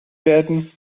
werden